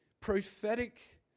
Prophetic